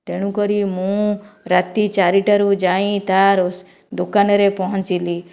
ତେଣୁକରି ମୁଁ ରାତି ଚାରିଟାରୁ ଯାଇ ତା ଦୋକାନରେ ପହଞ୍ଚିଲି